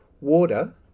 Water